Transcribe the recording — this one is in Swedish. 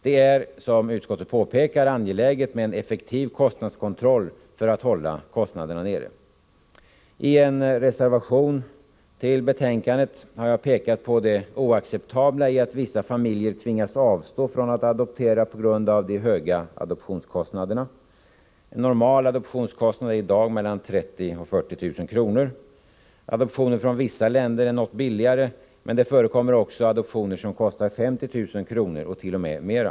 Det är, som utskottet påpekar, angeläget med en effektiv kostnadskontroll för att hålla kostnaderna nere. I en reservation till utskottsbetänkandet har jag och Inga Lantz pekat på det oacceptabla i att vissa familjer tvingas avstå från att adoptera på grund av de höga adoptionskostnaderna. En normal adoptionskostnad är i dag mellan 30 000 och 40 000 kr. Adoptioner från vissa länder är något billigare, men det förekommer också adoptioner som kostar 50 000 kr. och t.o.m. mer.